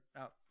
out